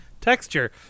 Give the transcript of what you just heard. texture